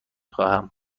خواهم